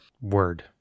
Word